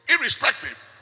irrespective